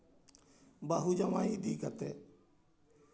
ᱵᱟᱹᱦᱩ ᱡᱟᱶᱟᱭ ᱤᱫᱤ ᱠᱟᱛᱮᱜ